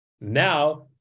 Now